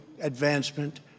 advancement